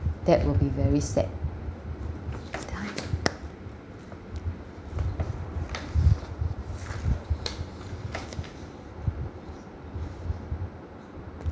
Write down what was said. that will be very sad did I